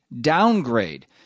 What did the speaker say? downgrade